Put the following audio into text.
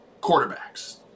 quarterbacks